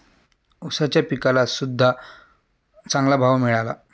ऊसाच्या पिकाला सद्ध्या चांगला भाव मिळाला